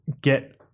get